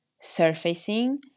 surfacing